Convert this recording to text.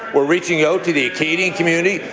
we're reaching out to the acadian community,